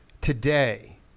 today